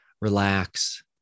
relax